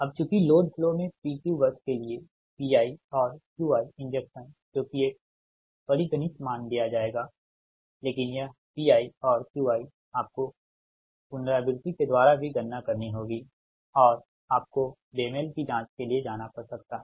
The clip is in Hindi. अबचूँकि लोड फ्लो में P Q बस के लिए Piऔर Qi इंजेक्शन जो कि एक परिगणित मान दिया जाएगा लेकिन यह Piऔर Qi आपको पुनरावृत्ति के द्वारा भी गणना करनी होगी और आपको बे मेल की जांच के लिए जाना पड़ सकता है